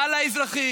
המינהל האזרחי,